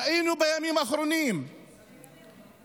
ראינו בימים האחרונים שדווקא